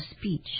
speech